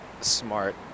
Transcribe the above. smart